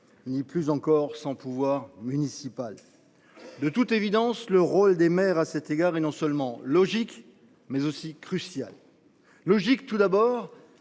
social, encore moins sans pouvoir municipal. De toute évidence, le rôle des maires à cet égard est non seulement logique, mais aussi crucial. Logique, tout d’abord,